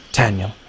Daniel